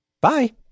Bye